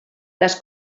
les